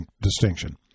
distinction